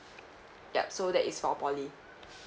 yup so that is for poly